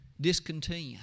discontent